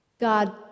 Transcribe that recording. God